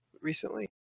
recently